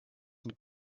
mit